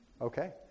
Okay